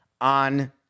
on